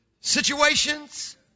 situations